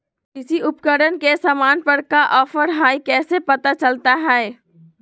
कृषि उपकरण के सामान पर का ऑफर हाय कैसे पता चलता हय?